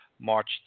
March